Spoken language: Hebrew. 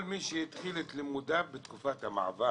הייתי מציע שעל כל מי שהתחיל את לימודיו בתקופת המעבר